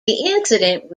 incident